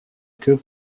queue